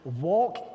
walk